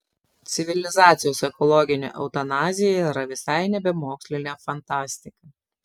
civilizacijos ekologinė eutanazija yra visai nebe mokslinė fantastika